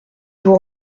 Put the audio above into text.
vous